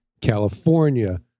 California